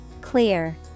Clear